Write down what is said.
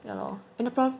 ya lor and the